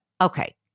Okay